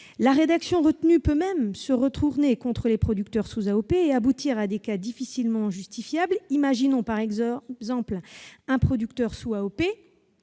La rédaction retenue peut même se retourner contre les producteurs sous AOP et aboutir à des cas difficilement justifiables. Imaginons par exemple un producteur sous AOP